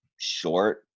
short